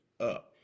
up